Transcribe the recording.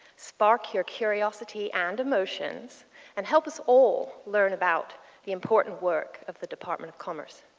spark your curiosity and emotions and help us all learn about the important work of the department of commerce.